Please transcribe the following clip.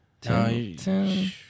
ten